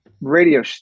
radio